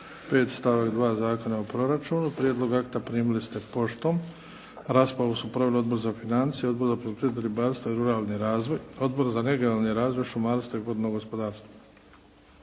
stavak 2. Zakona o proračunu. Prijedlog akta primili ste poštom. Raspravu su proveli Odbor za financije, Odbor za poljoprivredu, ribarstvo i ruralni razvoj, Odbor za regionalni razvoj, šumarstvo i vodno gospodarstvo.